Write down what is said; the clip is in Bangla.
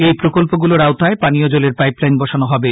এই প্রকল্পগুলির আওতায় পানীয় জলের পাইপলাইন বসানো হবে